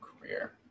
career